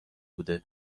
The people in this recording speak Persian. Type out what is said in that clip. بوده